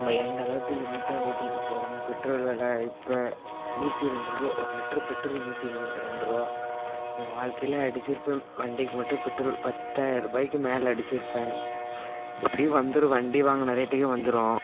நம்ம எந்த அளவுக்கு லிமிட்டாக ஓட்டிட்டுப் போகிறோமோ பெட்ரோல் வெலை இப்போ நூற்றி ரெண்டு ருபா ஒரு லிட்ரு பெட்ரோல் நூற்றி ரெ ரெண்டு ருபா என் வாழ்க்கையில் அடித்திருப்பேன் வண்டிக்கு மட்டும் பெட்ரோல் பத்தாயர ரூபாய்க்கு மேல் அடித்திருப்பேன் எப்படியும் வந்துடும் வண்டி வாங்கின ரேட்டுக்கே வந்துடும்